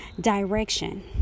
direction